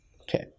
okay